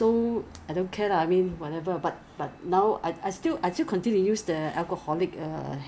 you put there then you know it it won't even goes to your skin you need to apply you have to constantly and diligently apply